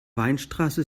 weinstraße